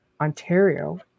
ontario